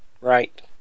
Right